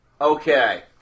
Okay